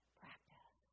practice